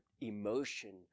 emotion